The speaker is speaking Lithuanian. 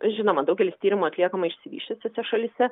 žinoma daugelis tyrimų atliekama išsivysčiusiose šalyse